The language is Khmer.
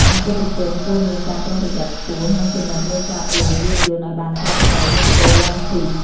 អតិថិជនគួរមានការប្រុងប្រយ័ត្នខ្ពស់ និងពិនិត្យមើលស្លាកលេខយានយន្តឱ្យបានត្រឹមត្រូវមុនពេលឡើងជិះ។